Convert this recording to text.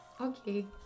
okay